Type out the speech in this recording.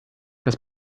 das